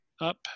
up